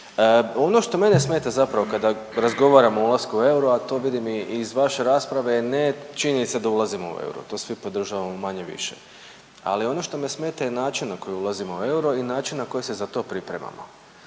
Ono što mene smeta zapravo kada razgovaramo o ulasku u euro, a to vidim i iz vaše rasprave je ne činjenica da ulazimo u euro, to svi podržavamo manje-više, ali ono što me smeta je način na koji ulazimo u euro i način na koji se za to pripremamo.